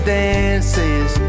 dances